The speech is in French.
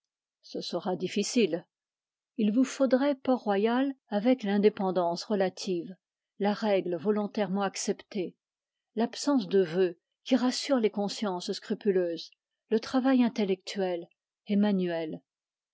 ce sera difficile il vous faudrait port-royal avec l'indépendance relative la règle volontairement acceptée l'absence de vœux qui rassure les consciences scrupuleuses le travail intellectuel